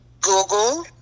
google